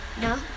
No